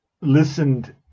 listened